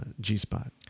G-Spot